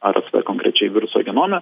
rsv konkrečiai viruso genome